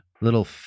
little